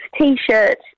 T-shirt